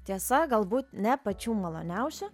tiesa galbūt ne pačių maloniausių